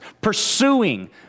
Pursuing